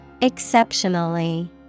Exceptionally